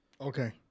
Okay